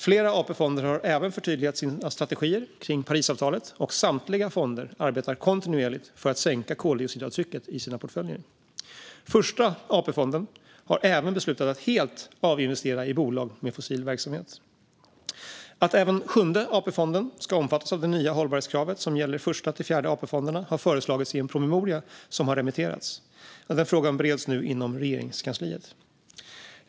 Flera AP-fonder har även förtydligat sina strategier kring Parisavtalet, och samtliga fonder arbetar kontinuerligt för att sänka koldioxidavtrycket i sina portföljer. Första AP-fonden har även beslutat att helt avinvestera i bolag med fossil verksamhet. Att även Sjunde AP-fonden ska omfattas av det nya hållbarhetskravet som gäller för Första-Fjärde AP-fonden har föreslagits i en promemoria som har remitterats. Den frågan bereds nu inom Regeringskansliet.